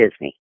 Disney